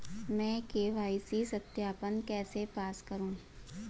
मैं के.वाई.सी सत्यापन कैसे पास करूँ?